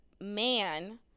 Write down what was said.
man